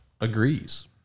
agrees